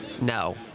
no